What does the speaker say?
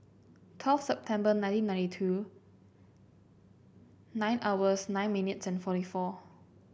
twelve September nineteen ninety two nine hours nine minutes and forty four